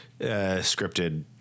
scripted